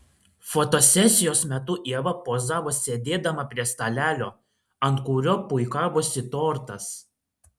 fotosesijos metu ieva pozavo sėdėdama prie stalelio ant kurio puikavosi tortas